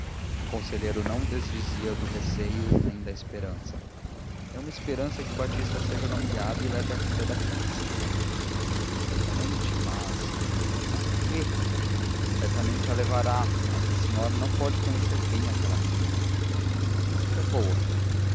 conselheiro não desdizia do receio nem da esperança é uma esperança que o batista seja nomeado e leve a filha daqui disse ela certamente mas mas quê certamente a levará mas a senhora pode não conhecer bem aquela menina penso que é boa